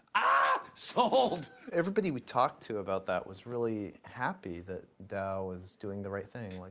ahh! sold! everybody we talked to about that was really happy that dow was doing the right thing. like